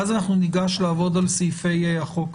ואז אנחנו ניגש לעבוד על סעיפי החוק.